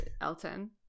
Elton